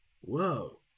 Whoa